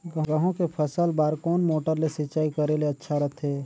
गहूं के फसल बार कोन मोटर ले सिंचाई करे ले अच्छा रथे?